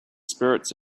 spirits